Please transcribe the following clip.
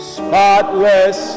spotless